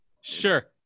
sure